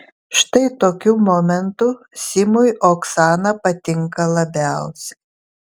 štai tokiu momentu simui oksana patinka labiausiai